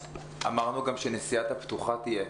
אמרו לנו שנשיאת האוניברסיטה הפתוחה תהיה.